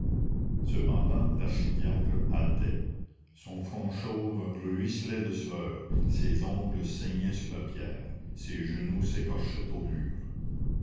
cependant l'archidiacre haletait son front chauve ruisselait de sueur ses ongles saignaient sur la pierre ses genoux s'écorchaient au mur